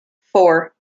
four